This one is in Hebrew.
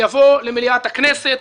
יבוא למליאת הכנסת,